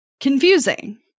confusing